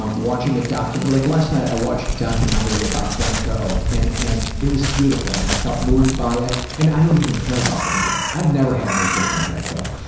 um watching a doc, you know like last night, i watched a documentary about van gogh and and it was beautiful and i felt moved by it, and i don't even care about painting. i've never had an interest in van gogh.